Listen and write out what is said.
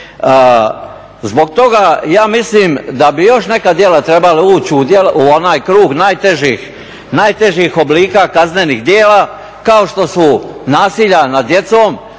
Zbog toga ja mislim da bi još neka djela trebala ući u onaj krug najtežih oblika kaznenih djela kao što su nasilja nad djecom.